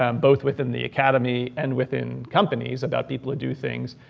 um both within the academy and within companies about people to do things,